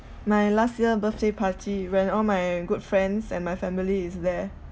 my last year birthday party when all my good friends and my family is there